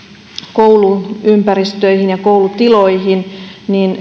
kouluympäristöihin ja koulutiloihin niin